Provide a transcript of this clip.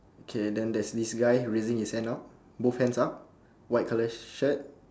okay then there's this guy who is raising his hand now both hands up white colour shirt